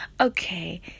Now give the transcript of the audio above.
Okay